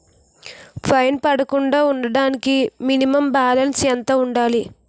Fine పడకుండా ఉండటానికి minimum balance ఎంత ఉండాలి?